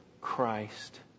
Christ